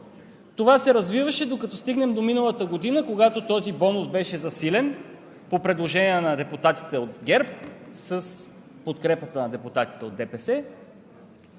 Това се развиваше, докато стигнем до миналата година, когато този бонус беше засилен по предложение на депутатите от ГЕРБ с подкрепата на депутатите от ДПС